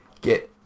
get